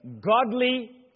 godly